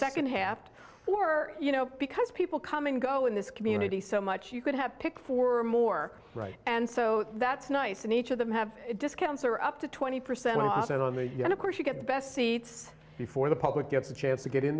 second half or you know because people come and go in this community so much you could have picked for more right and so that's nice and each of them have discounts or up to twenty percent so i don't know yet of course you get the best seats before the public gets a chance to get in